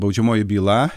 baudžiamoji byla